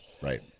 Right